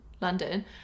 london